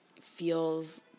feels